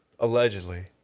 Allegedly